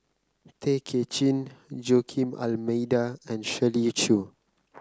Tay Kay Chin Joaquim D'Almeida and Shirley Chew